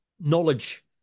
knowledge